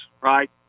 right